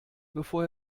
bevor